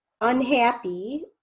unhappy